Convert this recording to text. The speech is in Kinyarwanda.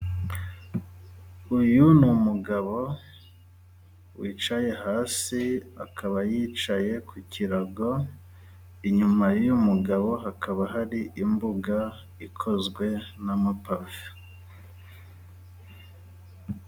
Uyu ni umugabo wicaye hasi, akaba yicaye ku kirago, inyuma y'uyu mugabo hakaba hari imbuga ikozwe n'mapave.